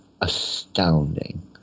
astounding